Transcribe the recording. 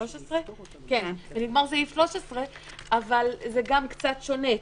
אבל זה גם קצת שונה,